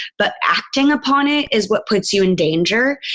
but acting upon it is what puts you in danger.